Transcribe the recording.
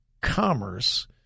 Commerce